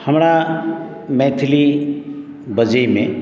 हमरा मैथिली बजैमे